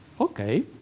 okay